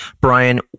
Brian